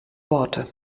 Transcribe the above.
worte